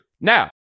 Now